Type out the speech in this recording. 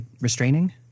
Restraining